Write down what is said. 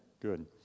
good